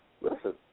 Listen